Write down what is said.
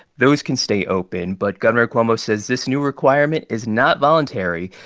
those can stay open. but governor cuomo says this new requirement is not voluntary.